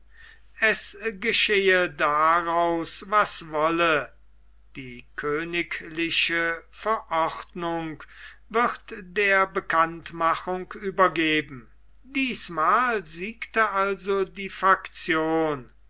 es geschehe daraus was wolle die königliche verordnung wird der bekanntmachung übergeben diesmal siegte also die faktion